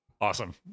Awesome